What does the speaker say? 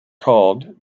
called